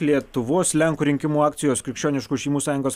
lietuvos lenkų rinkimų akcijos krikščioniškų šeimų sąjungos